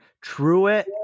Truett